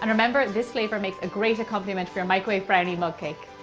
and remember this flavor makes a great accompaniment for your microwave brownie mug cake.